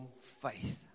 faith